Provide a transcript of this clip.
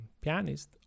pianist